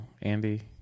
andy